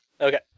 Okay